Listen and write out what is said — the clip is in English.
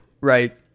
right